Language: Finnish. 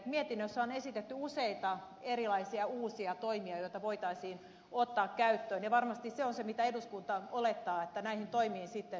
mietinnössä on esitetty useita erilaisia uusia toimia joita voitaisiin ottaa käyttöön ja varmasti se on se mitä eduskunta olettaa että näihin toimiin sitten ryhdytään